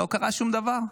לא קרה שום דבר.